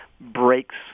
breaks